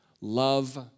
love